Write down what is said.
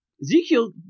Ezekiel